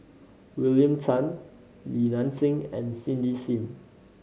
William Tan Li Nanxing and Cindy Sim